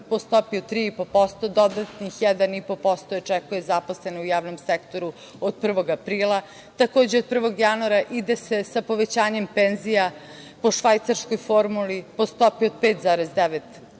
po stopi od 3,5% dodatnih 1,5% očekuje zaposlene u javnom sektoru od 1. aprila. Takođe, od 1. januara ide se sa povećanjem penzija po švajcarskoj formuli, po stopi od 5,9%.